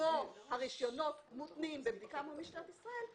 שבו הרישיונות מותנים בבדיקה מול משטרת ישראל,